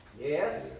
Yes